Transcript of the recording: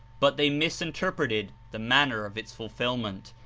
but they misinterpreted the manner of its fulfilment,